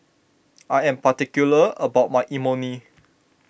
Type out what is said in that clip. I am particular about my Imoni